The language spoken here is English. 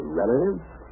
relatives